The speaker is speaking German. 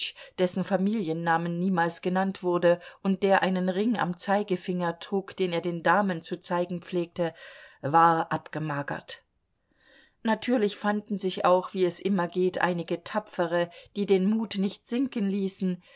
dessen familiennamen niemals genannt wurde und der einen ring am zeigefinger trug den er den damen zu zeigen pflegte war abgemagert natürlich fanden sich auch wie es immer geht einige tapfere die den mut nicht sinken ließen